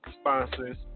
sponsors